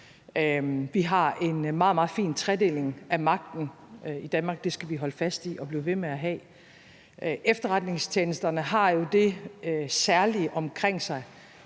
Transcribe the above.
Vi har en meget, meget fin tredeling af magten i Danmark, og det skal vi holde fast i og blive ved med at have. Efterretningstjenesterne har jo det særlige omkring sig,